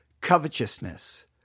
covetousness